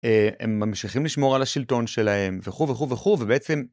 הם ממשיכים לשמור על השלטון שלהם וכו' וכו' וכו' ובעצם.